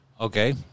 Okay